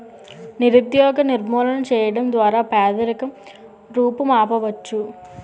నిరుద్యోగ నిర్మూలన చేయడం ద్వారా పేదరికం రూపుమాపవచ్చు